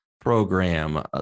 program